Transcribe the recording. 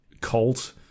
cult